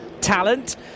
talent